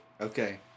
Okay